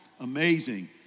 amazing